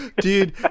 dude